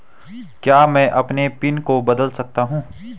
क्या मैं अपने पिन को बदल सकता हूँ?